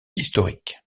historiques